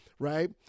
Right